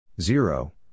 zero